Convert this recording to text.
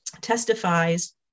testifies